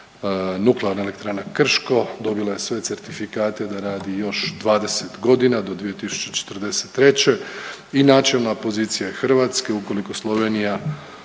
Nuklearna elektrana Krško dobila je sve certifikate da radi još 20.g. do 2043. i načelna pozicija je Hrvatske ukoliko Slovenija